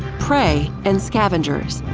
prey and scavengers,